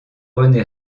rené